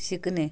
शिकणे